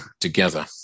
together